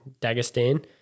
Dagestan